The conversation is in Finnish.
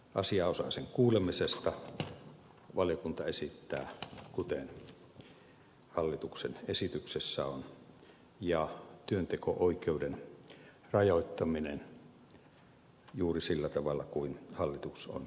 asianosaisen kuulemisesta valiokunta esittää kuten hallituksen esityksessä on ja työnteko oikeuden rajoittaminen esitetään toteutettavaksi juuri sillä tavalla kuin hallitus esittänyt